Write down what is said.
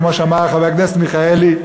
כמו שאמר חבר הכנסת מיכאלי,